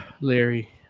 Larry